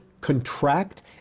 contract